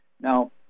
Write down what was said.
Now